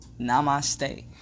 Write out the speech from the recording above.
Namaste